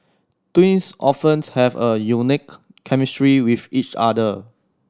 twins often have a unique chemistry with each other